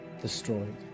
destroyed